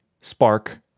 spark